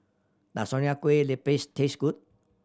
does Nonya Kueh Lapis taste good